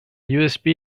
usb